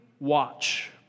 Watch